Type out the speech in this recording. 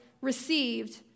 received